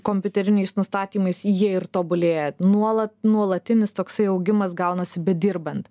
kompiuteriniais nustatymais jie ir tobulėja nuolat nuolatinis toksai augimas gaunasi bedirbant